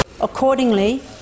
accordingly